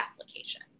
application